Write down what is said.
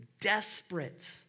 desperate